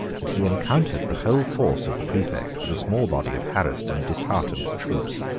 that he encountered the whole force of the praefect with a small body of harassed and disheartened troops.